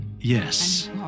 Yes